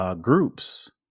groups